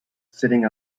sitting